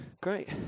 Great